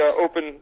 open